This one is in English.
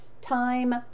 time